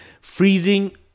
freezing